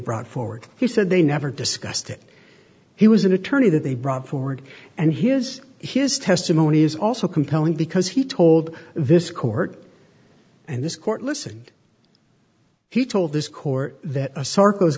brought forward he said they never discussed it he was an attorney that they brought forward and his his testimony is also compelling because he told this court and this court listen he told this court that